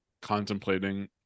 contemplating